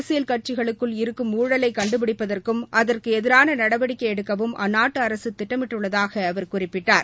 அரசியல் கட்சிகளுக்குள் இருக்கும் ஊழலை கண்டுபிடிப்பதற்கும் அதற்கு எதிரான நடவடிக்கை எடுக்கவும் அந்நாட்டு அரசு திட்டமிட்டுள்ளதாக அவர் குறிப்பிட்டார்